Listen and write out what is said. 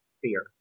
Fear